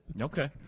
Okay